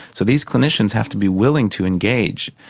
so these clinicians have to be willing to engage,